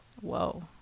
Whoa